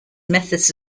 methods